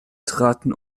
traten